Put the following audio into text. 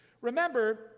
Remember